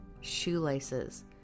shoelaces